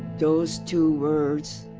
those two words